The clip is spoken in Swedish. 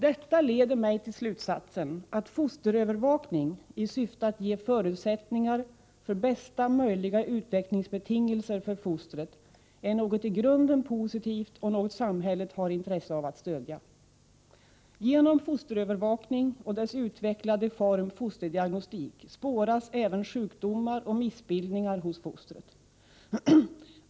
Detta leder mig till slutsatsen att fosterövervakning i syfte att ge förutsättningar för bästa möjliga utvecklingsbetingelser för fostret är något i grunden positivt och något samhället har intresse av att stödja. Genom fosterövervakning och dess utvecklade form fosterdiagnostik spåras även sjukdomar och missbildningar hos fostret.